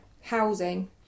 housing